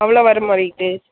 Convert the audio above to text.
அவ்வளோ வரமாட்டேக்கிது